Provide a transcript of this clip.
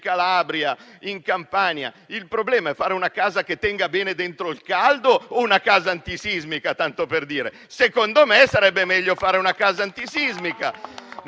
Calabria, in Campania, il problema è fare una casa che tenga bene dentro il caldo o una casa antisismica, tanto per dire? Secondo me, sarebbe meglio fare una casa antisismica,